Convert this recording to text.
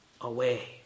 away